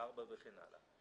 דור 4 וכן הלאה,